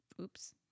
oops